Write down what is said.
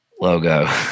logo